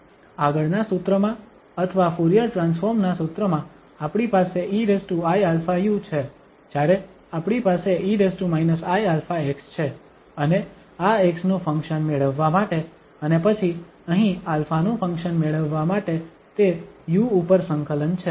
આગળનાં સૂત્રમાં અથવા ફુરીયર ટ્રાન્સફોર્મ નાં સૂત્રમાં આપણી પાસે eiαu છે જ્યારે આપણી પાસે e iαx છે અને આ x નું ફંક્શન મેળવવા માટે અને પછી અહીં α નું ફંક્શન મેળવવા માટે તે u ઉપર સંકલન છે